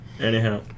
anyhow